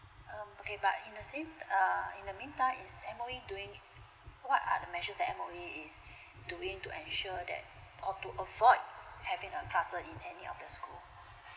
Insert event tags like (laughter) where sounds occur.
um okay but in the same err in the meantime is M_O_E doing what are the measure that M_O_E is (breath) doing to ensure that or to avoid having a cluster in any of the school